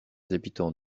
habitants